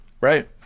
Right